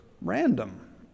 random